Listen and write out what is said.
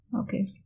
Okay